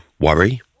worry